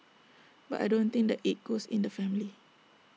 but I don't think that IT goes in the family